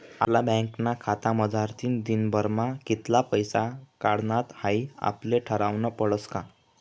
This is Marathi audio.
आपला बँकना खातामझारतीन दिनभरमा कित्ला पैसा काढानात हाई आपले ठरावनं पडस का